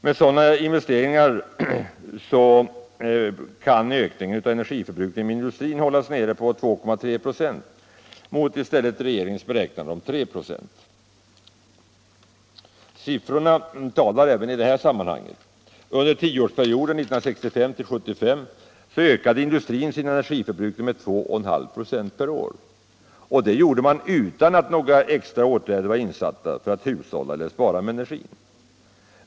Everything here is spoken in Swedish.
Med sådana investeringar kan ökningen av energiförbrukningen inom industrin hållas nere på 2,3 26 mot 3 96 enligt regeringens beräkning. Siffrorna talar även i det här sammanhanget. Under tioårsperioden 1965-1975 ökade industrins energiförbrukning med 2,5 96 per år utan att några extra åtgärder sattes in för att hushålla med energin.